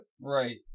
Right